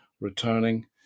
returning